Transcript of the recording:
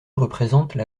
représentent